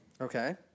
Okay